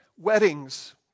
Weddings